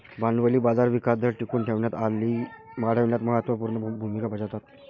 भांडवली बाजार विकास दर टिकवून ठेवण्यात आणि वाढविण्यात महत्त्व पूर्ण भूमिका बजावतात